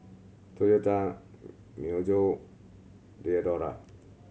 Toyota Myojo Diadora